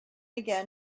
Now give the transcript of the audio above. again